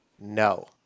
No